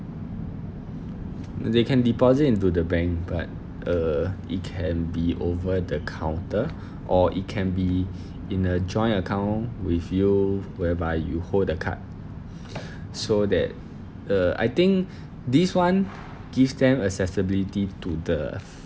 they can deposit into the bank but err it can be over the counter or it can be in a joint account with you whereby you hold the card so that uh I think this one gives them accessibility to the